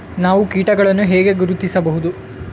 ನಾವು ಕೀಟಗಳನ್ನು ಹೇಗೆ ಗುರುತಿಸಬಹುದು?